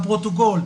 לפרוטוקול,